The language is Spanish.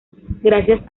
gracias